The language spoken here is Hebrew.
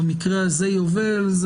במקרה הזה יובל,